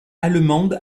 allemande